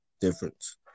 difference